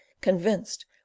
convinced